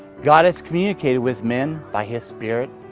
god has communicated with men by his spirit,